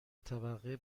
طبقه